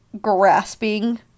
grasping